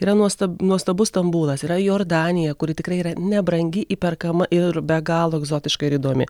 yra nuostab nuostabus stambulas yra jordanija kuri tikrai yra nebrangi įperkama ir be galo egzotiška ir įdomi